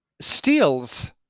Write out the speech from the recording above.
steals